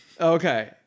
Okay